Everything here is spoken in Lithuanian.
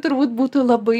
turbūt būtų labai